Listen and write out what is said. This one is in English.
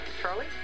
Charlie